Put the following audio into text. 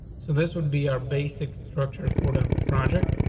so this would be our basic structure for the project.